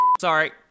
Sorry